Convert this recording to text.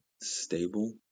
stable